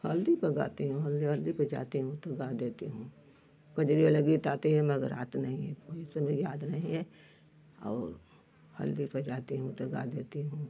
हल्दी पर गाती हूँ हल्दी वल्दी पे जाती हूँ तो गा देती हूँ कजरी वाला गीत आती है मगर आत नहीं है कोई समय याद नहीं है और हल्दी पर जाती हूँ तो गा देती हूँ